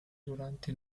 durante